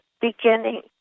beginning